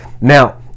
now